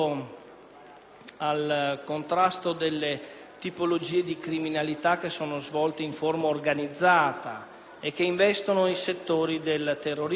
al contrasto delle tipologie di criminalità che sono svolte in forma organizzata e che investono i settori del terrorismo,